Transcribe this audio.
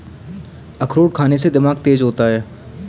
अखरोट खाने से दिमाग तेज होता है